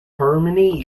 harmony